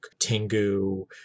tengu